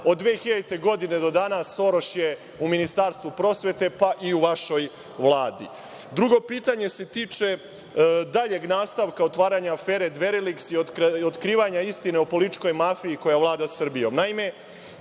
Od 2000. godine do danas Soroš je u Ministarstvu prosvete, pa i u vašoj Vladi. **Boško Obradović** Drugo pitanje se tiče daljeg nastavka otvaranja afere „Dveriliks“ i otkrivanja istine o političkoj mafiji koja vlada Srbijom.